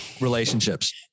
relationships